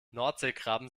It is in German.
nordseekrabben